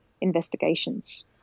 investigations